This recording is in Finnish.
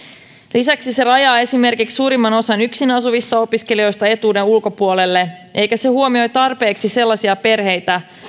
lisäksi se rajaa esimerkiksi suurimman osan yksin asuvista opiskelijoista etuuden ulkopuolelle eikä se huomio tarpeeksi sellaisia perheitä